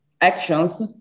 actions